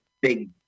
big